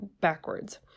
backwards